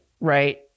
right